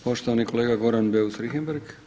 Poštovani kolega Goran Beus Richembergh.